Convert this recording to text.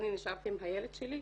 נשארתי עם הילד שלי,